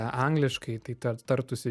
angliškai tai ta tartųsi